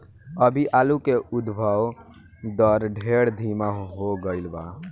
अभी आलू के उद्भव दर ढेर धीमा हो गईल बा